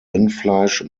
rindfleisch